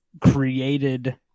created